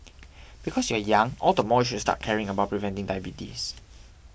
because you are young all the more you should start caring about preventing diabetes